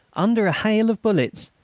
under a hail of bullets,